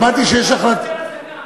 שמעתי שיש, לא לדבר על זקן.